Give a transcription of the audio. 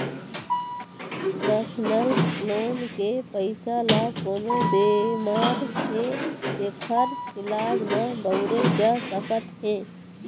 personal loan के पइसा ल कोनो बेमार हे तेखरो इलाज म बउरे जा सकत हे